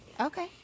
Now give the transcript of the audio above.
Okay